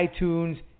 itunes